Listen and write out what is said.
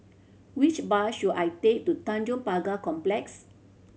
which bus should I take to Tanjong Pagar Complex